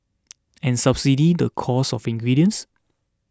and subsidise the cost of ingredients